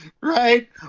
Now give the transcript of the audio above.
Right